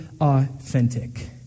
authentic